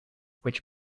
which